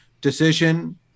decision